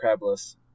crabless